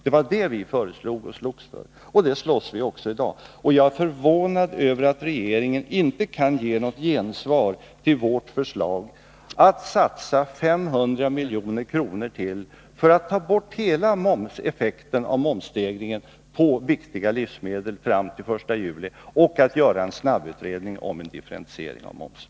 Det var det vi föreslog och slogs för, och det slåss vi för också i dag. Jag är förvånad över att regeringen inte kan lämna något gensvar på vårt förslag att satsa ytterligare 500 milj.kr. för att ta bort hela effekten av momsstegringen på livsmedel fram till den 1 juli och att göra en snabbutredning om en differentiering av momsen.